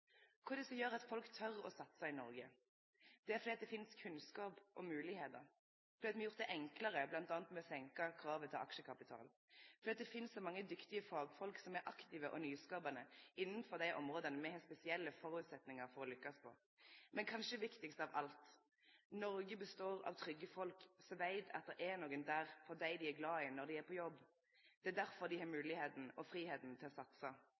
er det som gjer at folk tør å satse i Noreg? Det er at det finst kunnskap og moglegheiter, at me har gjort det enklare, bl.a. ved å senke kravet til aksjekapital, og at det finst så mange dyktige fagfolk, som er aktive og nyskapande innafor dei områda me har spesielle føresetnader for å lukkast på. Men kanskje viktigast av alt: Noreg består av trygge folk, som veit at når dei er på jobb, er det nokre der for dei dei er glade i. Det er derfor dei har moglegheit og fridom til å